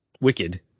Wicked